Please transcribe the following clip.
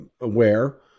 aware